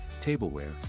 tableware